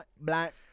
black